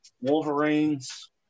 Wolverines